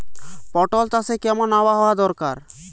পটল চাষে কেমন আবহাওয়া দরকার?